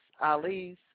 Ali's